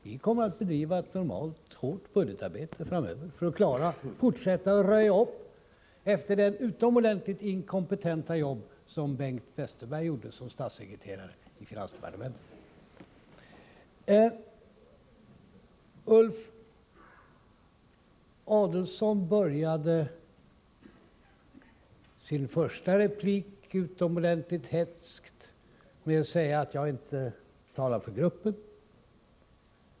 Vi kommer att bedriva ett normalt hårt budgetarbete framöver för att fortsätta att röja upp efter det utomordentligt inkompetenta jobb som Bengt Westerberg gjorde som statssekreterare i finansdepartementet. Ulf Adelsohn började sin första replik utomordentligt hätskt genom att säga att jag inte talade för gruppen.